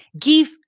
Give